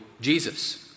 Jesus